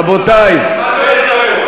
רבותי,